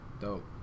Dope